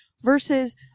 versus